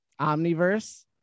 Omniverse